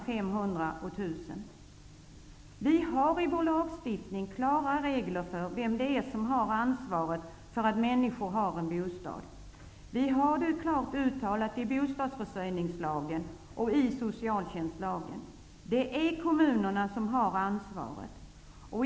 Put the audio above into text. Bara i Vi har i vår lagstiftning klara regler för vem som har ansvaret för att människor har en bostad. Vi har det klart uttalat i bostadsförsörjningslagen och i socialtjänstlagen. Det är kommunerna som har ansvaret.